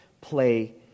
play